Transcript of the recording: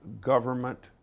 government